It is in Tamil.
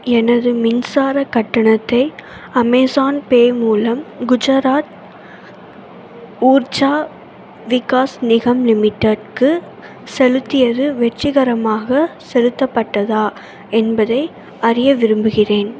எனது மின்சாரக் கட்டணத்தை அமேசான் பே மூலம் குஜராத் ஊர்ஜா விகாஸ் நிகாம் லிமிடெட்க்கு செலுத்தியது வெற்றிகரமாக செலுத்தப்பட்டதா என்பதை அறிய விரும்புகிறேன்